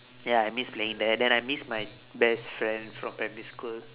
ya I miss playing that then I miss my best friend from primary school